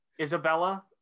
Isabella